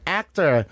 actor